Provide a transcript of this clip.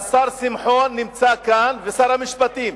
השר שמחון נמצא כאן ושר המשפטים.